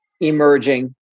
emerging